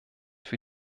für